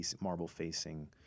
marble-facing